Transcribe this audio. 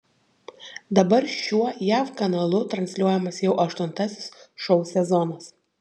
dabar šiuo jav kanalu transliuojamas jau aštuntasis šou sezonas